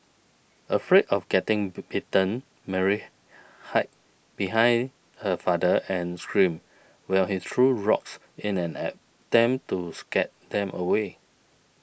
afraid of getting bitten Mary hid behind her father and screamed while he threw rocks in an attempt to scare them away